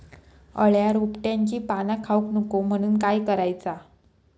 अळ्या रोपट्यांची पाना खाऊक नको म्हणून काय करायचा?